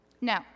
No